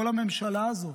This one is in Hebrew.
כל הממשלה הזאת.